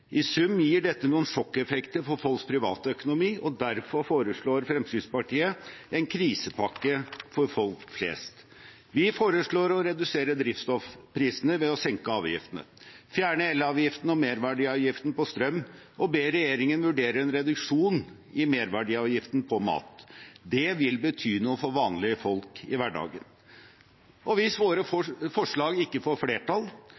I sum gir dette noen sjokkeffekter for folks private økonomi, og derfor foreslår Fremskrittspartiet en krisepakke for folk flest. Vi foreslår å redusere drivstoffprisene ved å senke avgiftene, fjerne elavgiften og merverdiavgiften på strøm og be regjeringen vurdere en reduksjon i merverdiavgiften på mat. Det vil bety noe for vanlige folk i hverdagen. Hvis våre forslag ikke får flertall,